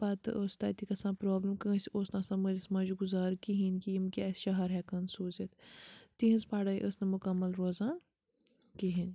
پَتہٕ ٲس تَتہِ گژھان پرٛابلِم کٲنٛسہِ اوس نہٕ آسان مٲلِس ماجہِ گُزارٕ کِہیٖنۍ کہِ یِم کیٛاہ شہر ہیکہٕ ہان سوٗزِتھ تہنٛز پَڑھٲے ٲس نہٕ مکمل روزان کِہیٖنۍ